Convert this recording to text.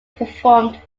performed